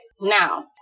Now